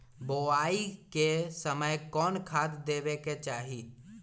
बोआई के समय कौन खाद देवे के चाही?